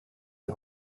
die